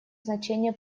значение